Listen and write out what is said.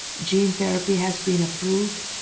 gene therapy has been approved.